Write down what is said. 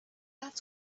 that